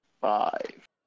five